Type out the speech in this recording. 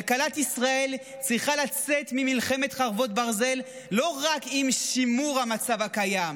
כלכלת ישראל צריכה לצאת ממלחמת חרבות ברזל לא רק עם שימור המצב הקיים,